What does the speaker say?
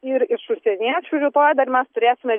ir iš užsieniečių rytoj dar mes turėsime